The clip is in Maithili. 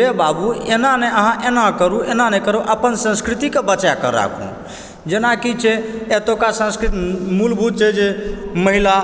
रे बाबू अहाँ एना नहि अहाँ एना करु एना नहि करु अपन संस्कृतिके बचाके राखू जेना कि छै एतुका संस्कृति मूलभूत छै जे महिला